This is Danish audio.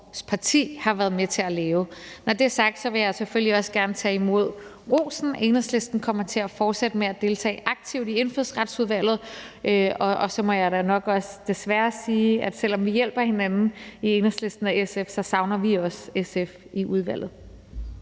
parti har været med til at lave. Når det er sagt, vil jeg selvfølgelig også gerne tage imod rosen. Enhedslisten kommer til at fortsætte med at deltage aktivt i Indfødsretsudvalget. Og så må jeg da nok også desværre sige, at selv om vi hjælper hinanden i Enhedslisten og SF, så savner vi også SF i udvalget.